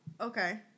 Okay